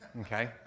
Okay